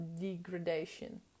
degradation